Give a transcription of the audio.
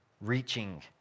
reaching